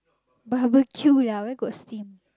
barbecue lah where got steam